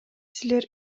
силер